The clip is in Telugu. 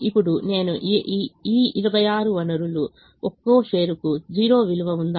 ఇప్పుడు ఈ 26 వనరులు ఒక్కో షేరుకు 0 విలువ ఉందా